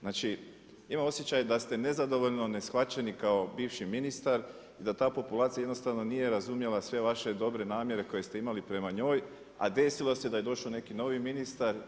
Znači, imam osjećaj da ste nezadovoljno neshvaćeni kao bivši ministar, da ta populacija jednostavno nije razumjela sve vaše dobre namjere koje ste imali prema njoj, a desilo se da je došao neki novi ministar.